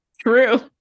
true